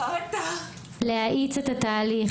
להאיץ את התהליך,